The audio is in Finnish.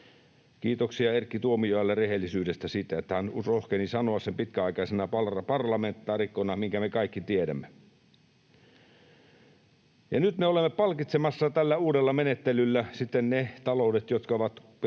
Kiitoksia Erkki Tuomiojalle rehellisyydestä, siitä, että hän rohkeni sanoa pitkäaikaisena parlamentaarikkona sen, minkä me kaikki tiedämme. Ja nyt me olemme palkitsemassa tällä uudella menettelyllä sitten ne taloudet, jotka ovat antaneet